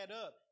up